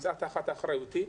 נמצא תחת אחריותי.